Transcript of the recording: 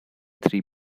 three